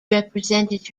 represented